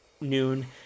noon